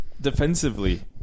Defensively